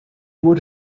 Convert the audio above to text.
would